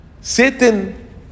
Satan